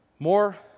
more